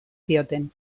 zioten